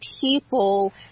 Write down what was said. people